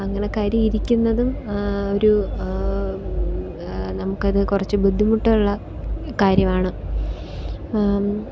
അങ്ങനെ കരി ഇരിക്കുന്നതും ഒരു നമുക്കത് കുറച്ച് ബുദ്ധിമുട്ടുള്ള കാര്യമാണ്